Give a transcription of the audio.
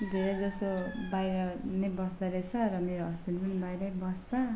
धेरैजसो बाहिर नै बस्दो रहेछ र मेरो हस्बेन्ड पनि बाहिरै बस्छ